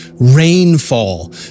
rainfall